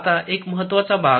आता एक महत्त्वाचा भाग